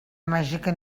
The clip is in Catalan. màgica